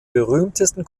berühmtesten